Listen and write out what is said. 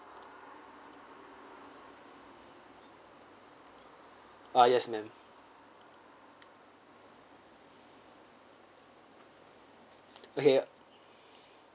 ah yes ma'am okay